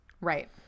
Right